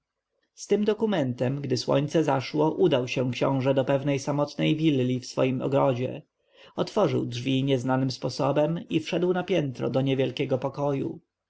z tym dokumentem gdy słońce zaszło udał się książę do pewnej samotnej willi w swoim ogrodzie otworzył drzwi nieznanym sposobem i wszedł na piętro do niewielkiego pokoju